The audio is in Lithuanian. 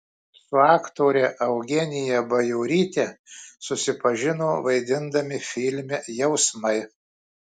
su aktore eugenija bajoryte susipažino vaidindami filme jausmai